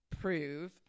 prove